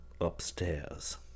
upstairs